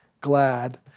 glad